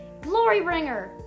Glorybringer